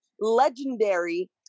legendary